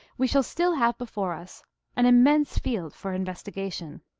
we shall still have before us an immense field for investigation.